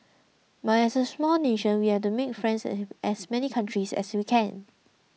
but as a small nation we have to make friends as many countries as we can